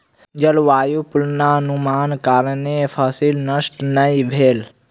जलवायु पूर्वानुमानक कारणेँ फसिल नष्ट नै भेल